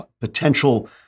potential